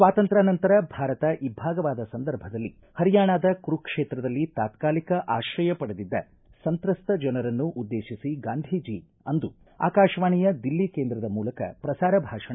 ಸ್ವಾತಂತ್ರ್ಯಾನಂತರ ಭಾರತ ಇಬ್ಬಾಗವಾದ ಸಂದರ್ಭದಲ್ಲಿ ಹರಿಯಾಣಾದ ಕುರುಕ್ಷೇತ್ರದಲ್ಲಿ ತಾತ್ಕಾಲಿಕ ಆಶ್ರಯ ಪಡೆದಿದ್ದ ಸಂತ್ರಸ್ತ ಜನರನ್ನು ಉದ್ದೇತಿಸಿ ಗಾಂಧೀಜಿ ಅಂದು ಆಕಾಶವಾಣಿಯ ದಿಲ್ಲಿ ಕೇಂದ್ರದ ಮೂಲಕ ಪ್ರಸಾರ ಭಾಷಣ